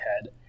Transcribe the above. head